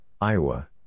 Iowa